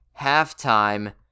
halftime